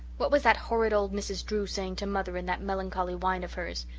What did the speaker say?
what was that horrid old mrs. drew saying to mother, in that melancholy whine of hers?